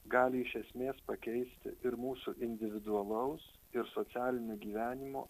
gali iš esmės pakeisti ir mūsų individualaus ir socialinio gyvenimo